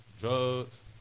drugs